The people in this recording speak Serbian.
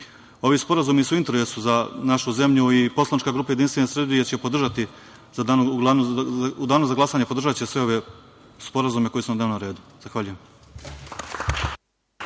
Ovi sporazumi su u interesu za našu zemlju i poslanička grupa Jedinstvene Srbije će u danu za glasanje podržati sve ove sporazume koji su na dnevnom redu. Hvala.